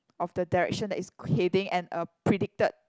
of the direction that it's heading and a predicted